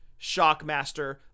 Shockmaster